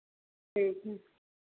ठीक है